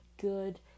good